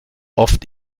oft